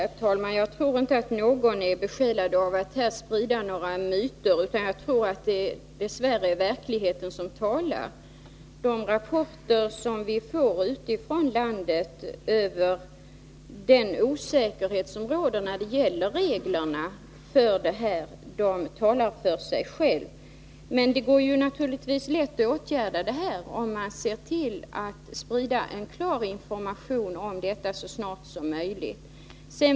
Herr talman! Jag tror inte att någon är besjälad av en vilja att sprida några myter. Jag tror dess värre att det är verkligheten som talar. De rapporter som vi får utifrån landet över den osäkerhet som råder när det gäller reglerna för detta talar för sig själva. Men det går naturligtvis lätt att åtgärda detta om man ser till att sprida en klar information så snart som möjligt.